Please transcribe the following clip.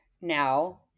now